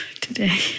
today